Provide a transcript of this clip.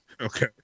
okay